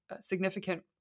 significant